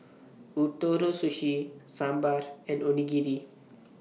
Ootoro Sushi Sambar and Onigiri